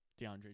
DeAndre